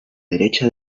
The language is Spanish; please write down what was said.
derecha